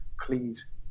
Please